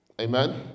Amen